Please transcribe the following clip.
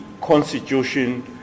constitution